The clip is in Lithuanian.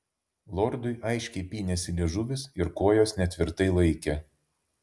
lordui aiškiai pynėsi liežuvis ir kojos netvirtai laikė